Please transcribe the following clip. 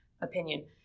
opinion